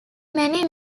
many